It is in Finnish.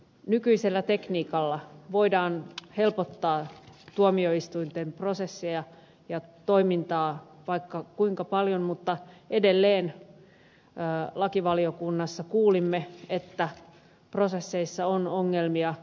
nykyisellä tekniikalla voidaan helpottaa tuomioistuinten prosesseja ja toimintaa vaikka kuinka paljon mutta edelleen lakivaliokunnassa kuulimme että prosesseissa on ongelmia